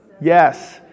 Yes